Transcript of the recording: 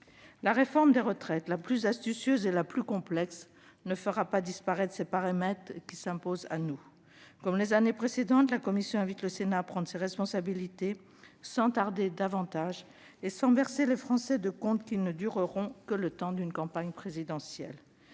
La réforme des retraites la plus astucieuse et la plus complexe ne fera pas disparaître ces paramètres qui s'imposent à nous. Comme les années précédentes, la commission invite le Sénat à prendre ses responsabilités, sans tarder davantage et sans bercer les Français de contes qui ne dureront que le temps d'une campagne présidentielle.